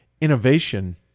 innovation